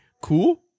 cool